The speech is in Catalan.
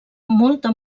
molta